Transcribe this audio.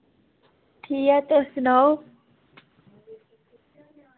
ठीक ऐ तुस सनाओ